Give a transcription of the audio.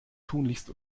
tunlichst